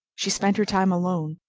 she spent her time alone,